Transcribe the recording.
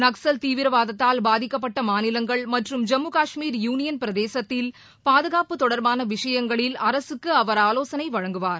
நக்சல் தீவிரவாதத்தால் பாதிக்கப்பட்ட மாநிலங்கள் மற்றும் ஜம்மு ஊஷ்மீர் யூனியன் பிரதேசத்தில் பாதுகாப்பு தொடர்பான விஷயங்களில் அரசுக்கு அவர் ஆலோசனை வழங்குவார்